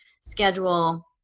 schedule